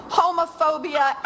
homophobia